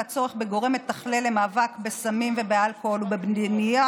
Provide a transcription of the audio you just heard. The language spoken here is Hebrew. הצורך בגורם מתכלל למאבק בסמים ובאלכוהול ובבניית